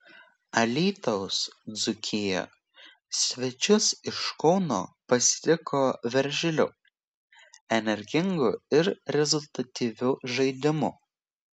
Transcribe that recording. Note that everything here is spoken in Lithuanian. alytaus dzūkija svečius iš kauno pasitiko veržliu energingu ir rezultatyviu žaidimu